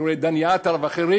אני רואה את דני עטר ואחרים.